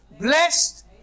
Blessed